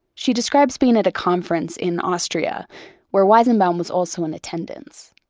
she describes being at a conference in austria where weizenbaum was also in attendance.